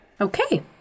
Okay